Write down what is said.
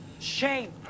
Shame